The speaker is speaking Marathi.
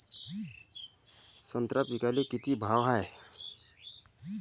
संत्रा पिकाले किती भाव हाये?